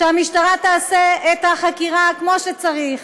שהמשטרה תעשה את החקירה כמו שצריך,